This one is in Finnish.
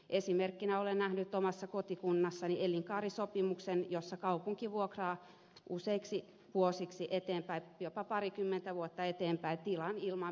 esimerkkinä olen nähnyt omassa kotikunnassani elinkaarisopimuksen jossa kaupunki vuokraa useiksi vuosiksi eteenpäin jopa parikymmentä vuotta eteenpäin tilan ilman minkäänlaista kilpailuttamista